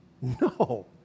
No